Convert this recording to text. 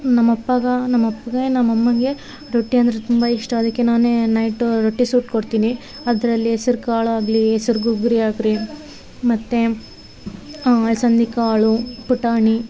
ನಮ್ಮ ಅಪ್ಪಗೆ ನಮ್ಮ ಅಪ್ಪಗೆ ನಮ್ಮ ಅಮ್ಮಂಗೆ ರೊಟ್ಟಿ ಅಂದ್ರೆ ತುಂಬ ಇಷ್ಟ ಅದಕ್ಕೆ ನಾನೇ ನೈಟು ರೊಟ್ಟಿ ಸುಟ್ಕೊಡ್ತಿನಿ ಅದರಲ್ಲಿ ಹೆಸ್ರು ಕಾಳಾಗಲಿ ಹೆಸ್ರು ಗುಗ್ರಿ ಆಗ್ರಿ ಮತ್ತು ಅಲಸಂದಿ ಕಾಳು ಪುಟಾಣಿ